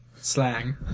Slang